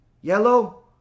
Yellow